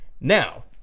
Now